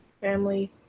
family